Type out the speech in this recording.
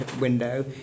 window